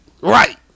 Right